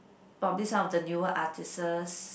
probably some of the newer artists